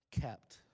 kept